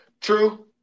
true